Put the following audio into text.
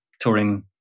touring